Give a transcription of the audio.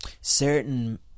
certain